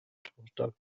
tochter